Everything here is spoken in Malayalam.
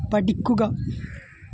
പഠിക്കുക